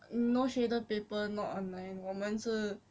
no shaded paper not online 我们是